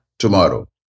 tomorrow